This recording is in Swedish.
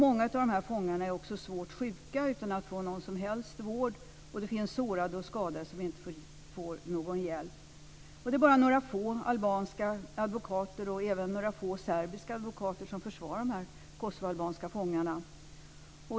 Många av fångarna är också svårt sjuka utan att få någon som helst vård. Det finns sårade och skadade som inte får någon hjälp. Det är bara några få albanska advokater, och även några få serbiska advokater, som försvarar dessa kosovoalbanska fångar.